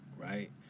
Right